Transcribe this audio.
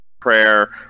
prayer